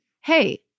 hey